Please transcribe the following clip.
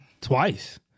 twice